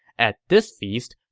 at this feast,